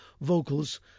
vocals